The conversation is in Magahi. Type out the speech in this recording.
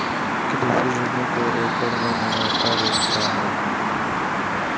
कृषि भूमि के एकड़ में मापल जाय हइ